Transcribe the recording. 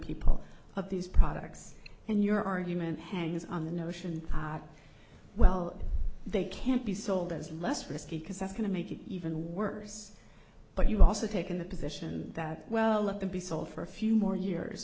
people of these products and your argument hangs on the notion well they can't be sold as less risky because that's going to make it even worse but you also taken the position that well let them be sold for a few more years